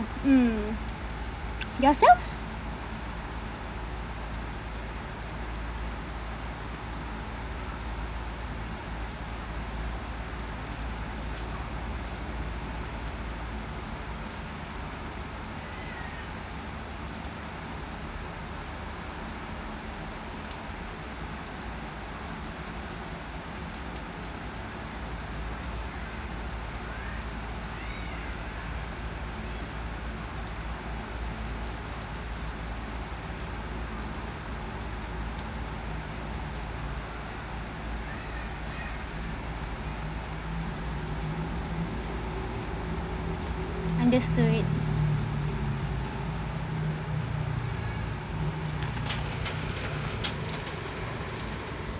mm yourself understood